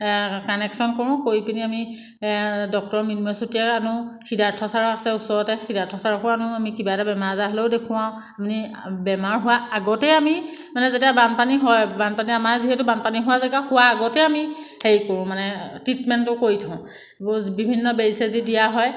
connection কৰোঁ কৰি পিনি আমি ডক্তৰ মৃন্ময় চুতীয়াক আনো সিধাৰ্থ চাৰো আছে ওচৰতে সিধাৰ্থ চাৰকো আনো আমি কিবা এটা বেমাৰ আজাৰ হ'লেও দেখুৱাওঁ আপুনি বেমাৰ হোৱাৰ আগতেই আমি মানে যেতিয়া বানপানী হয় আমাৰ যিহেতু বানপানী হোৱা জেগা হোৱাৰ আগতেই আমি হেৰি কৰোঁ মানে ট্ৰিটমেণ্টটো কৰি থওঁ বিভিন্ন বেজি চেজি দিয়া হয়